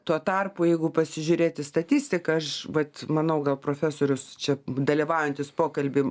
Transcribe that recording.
tuo tarpu jeigu pasižiūrėti statistiką aš vat manau gal profesorius čia dalyvaujantis pokalby